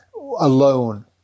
alone